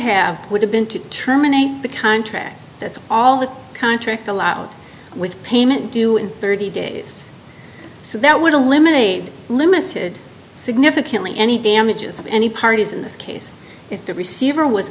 have would have been to terminate the contract that's all the contract allowed with payment due in thirty dollars days so that would eliminate limited significantly any damages of any parties in this case if the receiver was